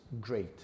great